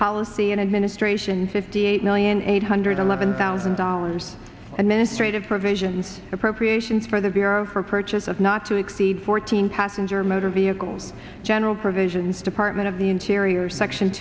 policy in administration fifty eight million eight hundred eleven thousand dollars and ministry of provisions appropriations for the bureau for purchase of not to exceed fourteen passenger motor vehicles general provisions department of the interior section